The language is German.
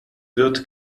wird